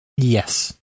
Yes